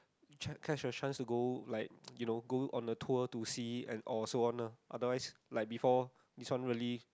catch the chance to go like you know go on the tour to see and also wanna otherwise like before this one really